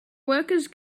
workers